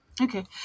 Okay